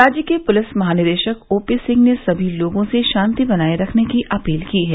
राज्य के पुलिस महानिदेशक ओपी सिंह ने सभी लोगों से शांति बनाए रखने की अपील की है